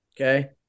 Okay